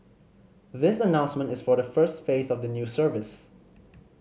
this announcement is for the first phase of the new service